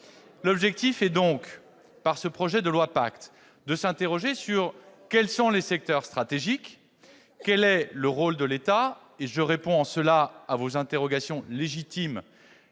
L'objectif est donc, par ce projet de loi PACTE, de s'interroger sur les secteurs stratégiques et le rôle de l'État. Je réponds en cela à vos interrogations légitimes